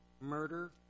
murder